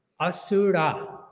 Asura